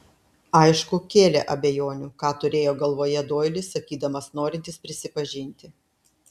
aišku kėlė abejonių ką turėjo galvoje doilis sakydamas norintis prisipažinti